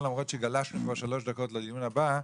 למרות שגלשנו כבר שלוש דקות לדיון הבא.